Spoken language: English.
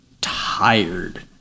tired